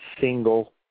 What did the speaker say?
single